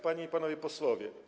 Panie i Panowie Posłowie!